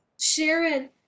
Sharon